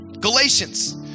Galatians